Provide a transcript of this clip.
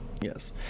Yes